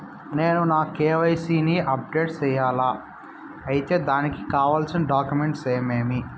నేను నా కె.వై.సి ని అప్డేట్ సేయాలా? అయితే దానికి కావాల్సిన డాక్యుమెంట్లు ఏమేమీ?